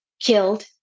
killed